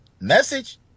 Message